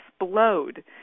explode